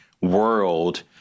world